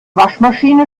waschmaschine